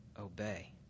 obey